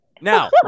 Now